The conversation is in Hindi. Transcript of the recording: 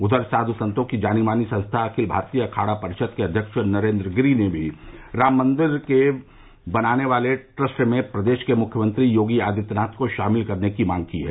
उधर साधु संतो की जानीमानी संस्था अखिल भारतीय अखाड़ा परिषद के अव्यक्ष नरेन्द्र गिरि ने भी राम मंदिर के बनने वाले ट्रस्ट में प्रदेश के मुख्यमंत्री योगी आदित्यनाथ को शामिल करने की मांग की है